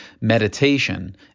meditation